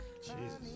Jesus